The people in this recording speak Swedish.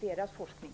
deras forskning.